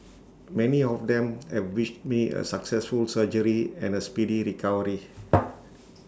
many of them have wished me A successful surgery and A speedy recovery